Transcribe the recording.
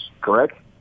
correct